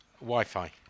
Wi-Fi